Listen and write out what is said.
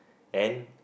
and